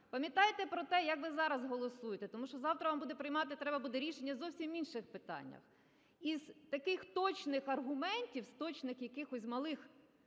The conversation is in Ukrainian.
Пам'ятайте про те, як ви зараз голосуєте. Тому що завтра вам буде приймати треба буде рішення у зовсім інших питаннях. Із таких точних аргументів, з точних якихось малих